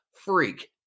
Freak